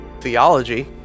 theology